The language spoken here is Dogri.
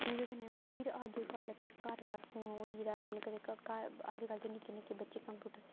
फ्ही ओह्दे कन्नै फिर अजकल्ल केह् घर घर फोन होई दा अजकल्ल ते कदें घर अजकल्ल ते निक्के निक्के बच्चे कंप्यूटर सिक्खा दे